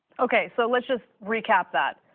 okay, so let's just re-cap that.